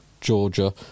Georgia